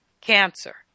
cancer